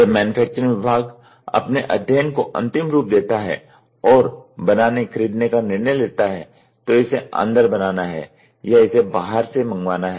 जब मैन्युफैक्चरिंग विभाग अपने अध्ययन को अंतिम रूप देता है और बनाने खरीदने का निर्णय लेता है तो इसे अंदर बनाना है या इसे बाहर से मंगवाना है